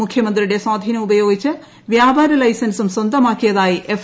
മുഖ്യമന്ത്രിയുടെ സ്വാധീനം ഉപയോഗിച്ച് വ്യാപാര ലൈസൻസും സ്വന്തമാക്കിയതായി എഫ്